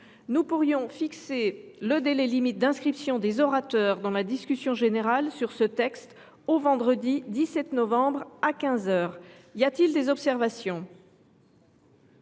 Nous pourrions fixer le délai limite d’inscription des orateurs dans la discussion générale sur ce texte au vendredi 17 novembre à quinze heures. Y a t il des observations ?…